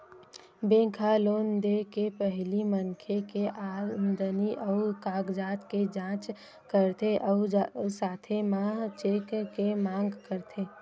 bank ह loan दे के पहिली मनखे के आमदनी अउ कागजात के जाँच करथे अउ साथे म चेक के मांग करथे